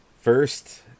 First